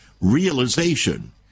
realization